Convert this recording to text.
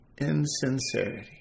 insincerity